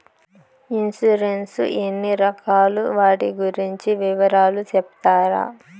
Insurance ఎన్ని రకాలు వాటి గురించి వివరాలు సెప్తారా?